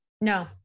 No